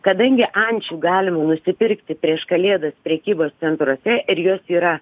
kadangi ančių galima nusipirkti prieš kalėdas prekybos centruose ir jos yra